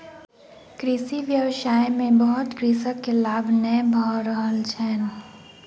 कृषि व्यवसाय में बहुत कृषक के लाभ नै भ रहल छैन